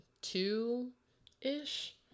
two-ish